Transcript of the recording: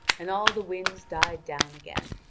and all the winds died down again.